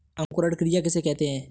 अंकुरण क्रिया किसे कहते हैं?